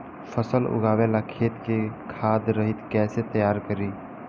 फसल उगवे ला खेत के खाद रहित कैसे तैयार करी?